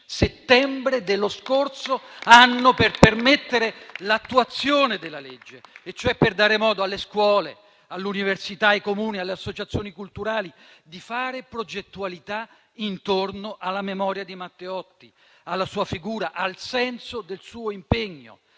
settembre dello scorso anno per permettere l'attuazione della legge e cioè per dare modo alle scuole, alle università, ai Comuni, alle associazioni culturali di fare progettualità intorno alla memoria di Matteotti, alla sua figura, al senso del suo impegno,